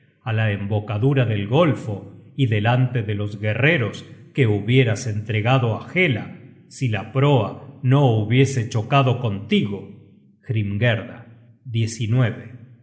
á la embocadura del golfo y delante de los guerreros que hubieras entregado á hela si la proa no hubiese chocado contigo